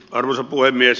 arvoisa puhemies